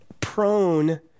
prone